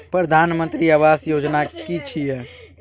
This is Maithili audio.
प्रधानमंत्री आवास योजना कि छिए?